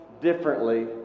differently